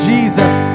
Jesus